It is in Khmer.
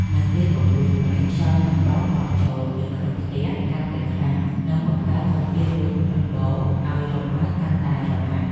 នៅពេលបង្អួចបែកខ្យល់នឹងបោកបក់ចូលទៅក្នុងផ្ទះកាន់តែខ្លាំង និងបង្កើនសម្ពាធរុញដំបូលឱ្យរបើកកាន់តែរហ័ស។